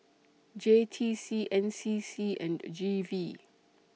J T C N C C and G V